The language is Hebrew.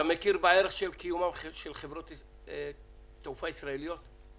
אתה מכיר בערך קיומן של חברות תעופה ישראליות?